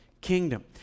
kingdom